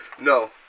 No